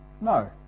No